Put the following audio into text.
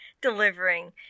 Delivering